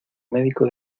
médico